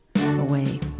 away